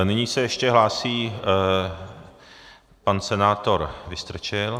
Nyní se ještě hlásí pan senátor Vystrčil.